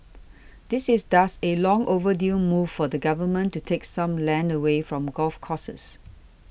this is thus a long overdue move for the Government to take some land away from golf courses